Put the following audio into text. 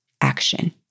action